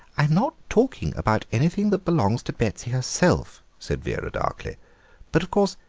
i'm not talking about anything that belongs to betsy herself, said vera darkly but, of course,